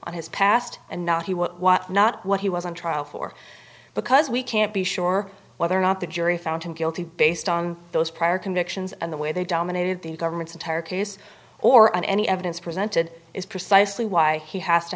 on his past and not he was not what he was on trial for because we can't be sure whether or not the jury found him guilty based on those prior convictions and the way they dominated the government's entire case or on any evidence presented is precisely why he has to